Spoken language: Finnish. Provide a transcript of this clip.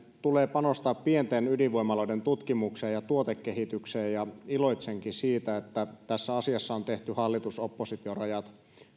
tulee panostaa pienten ydinvoimaloiden tutkimukseen ja tuotekehitykseen ja iloitsenkin siitä että tässä asiassa on tehty hallitus oppositio rajat